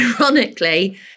ironically